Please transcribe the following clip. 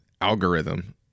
algorithm